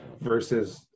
versus